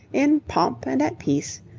in pomp, and at peace,